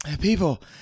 people